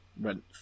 rent